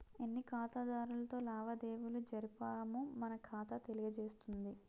ఎన్ని ఖాతాదారులతో లావాదేవీలు జరిపామో మన ఖాతా తెలియజేస్తుంది